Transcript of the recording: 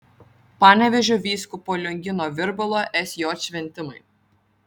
panevėžio vyskupo liongino virbalo sj šventimai